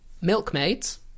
milkmaids